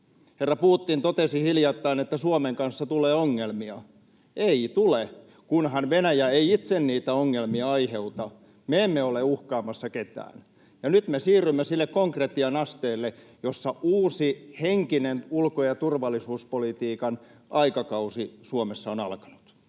Herra Putin totesi hiljattain, että Suomen kanssa tulee ongelmia. Ei tule, kunhan Venäjä ei itse niitä ongelmia aiheuta. Me emme ole uhkaamassa ketään. Nyt me siirrymme sille konkretian asteelle, jossa uusi, henkinen ulko- ja turvallisuuspolitiikan aikakausi Suomessa on alkanut.